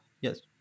yes